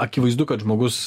akivaizdu kad žmogus